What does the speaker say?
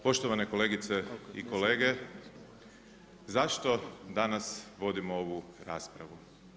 Poštovane kolegice i kolege, zašto danas vodimo ovu raspravu?